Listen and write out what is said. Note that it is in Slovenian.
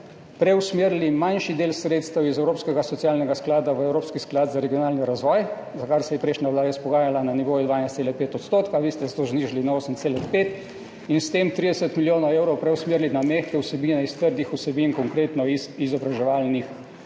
preusmerili manjši del sredstev iz Evropskega socialnega sklada v Evropski sklad za regionalni razvoj, za kar se je prejšnja vlada izpogajala na nivo 12,5 %, vi ste to znižali na 8,5 % in s tem 30 milijonov evrov preusmerili na mehke vsebine, iz trdih vsebin, konkretno iz krepitve